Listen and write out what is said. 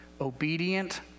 obedient